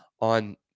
on